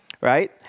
right